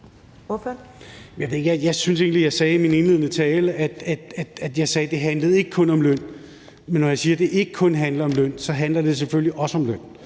Jeg synes egentlig, jeg sagde i min indledende tale, at det ikke kun handlede om løn. Men når jeg siger, at det ikke kun handler om løn, handler det selvfølgelig også om løn.